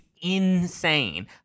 insane